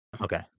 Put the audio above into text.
okay